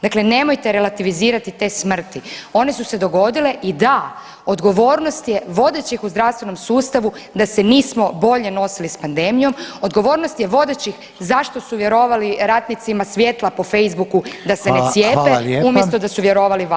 Dakle nemojte relativizirati te smrti, one su se dogodile i da, odgovornost je vodećih u zdravstvenom sustavu da se nismo bolje nosili s pandemijom, odgovornost je vodećih zašto su vjerovali ratnicima svjetla po Facebooku da se ne cijepe [[Upadica: Hvala.]] umjesto da su vjerovali vama.